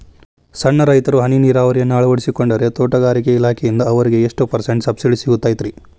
ಸಣ್ಣ ರೈತರು ಹನಿ ನೇರಾವರಿಯನ್ನ ಅಳವಡಿಸಿಕೊಂಡರೆ ತೋಟಗಾರಿಕೆ ಇಲಾಖೆಯಿಂದ ಅವರಿಗೆ ಎಷ್ಟು ಪರ್ಸೆಂಟ್ ಸಬ್ಸಿಡಿ ಸಿಗುತ್ತೈತರೇ?